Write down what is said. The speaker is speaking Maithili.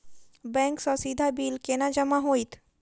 बैंक सँ सीधा बिल केना जमा होइत?